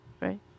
right